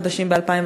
ב-2014,